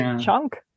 chunk